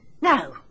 Now